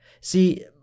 See